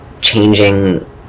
changing